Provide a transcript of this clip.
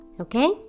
okay